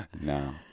No